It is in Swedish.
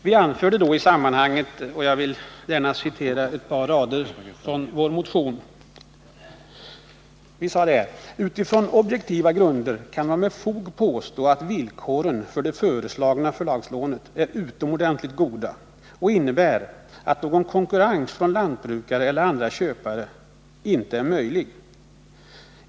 Jag vill i detta sammanhang citera några rader ur vår motion. Där står bl.a. följande: ”Utifrån objektiva grunder kan med fog påstås att villkoren för det föreslagna förlagslånet är utomordentligt goda och innebär att någon konkurrens från lantbrukare eller andra köpare inte är möjlig.